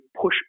push